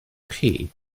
chi